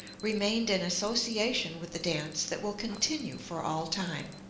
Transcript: remained an association with the dance that will continue for all time.